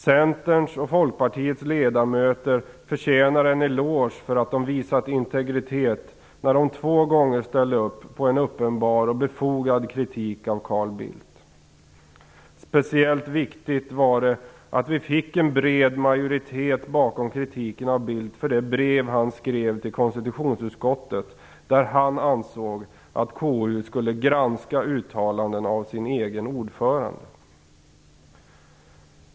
Centerns och Folkpartiets ledamöter förtjänar en eloge för att de visat integritet när de två gånger ställde upp på en uppenbart befogad kritik av Speciellt viktigt var det att vi fick en bred majoritet bakom kritiken av Bildt för det brev han skrev till konstitutionsutskottet där han ansåg att KU skulle granska uttalanden av sin egen ordförande.